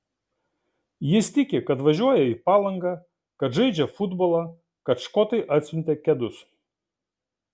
jis tiki kad važiuoja į palangą kad žaidžia futbolą kad škotai atsiuntė kedus